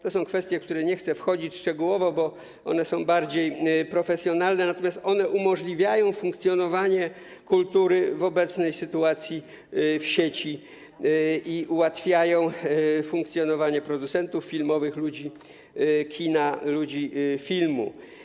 To są kwestie, w które nie chcę wchodzić szczegółowo, bo one są bardziej profesjonalne, natomiast one umożliwiają funkcjonowanie kultury w obecnej sytuacji w sieci i ułatwiają funkcjonowanie producentów filmowych, ludzi kina, ludzi filmu.